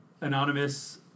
anonymous